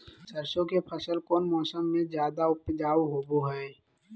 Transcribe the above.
सरसों के फसल कौन मौसम में ज्यादा उपजाऊ होबो हय?